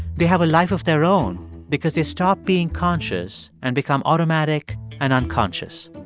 they have a life of their own because they stop being conscious and become automatic and unconscious.